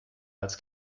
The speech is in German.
als